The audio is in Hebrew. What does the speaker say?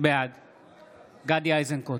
בעד גדי איזנקוט,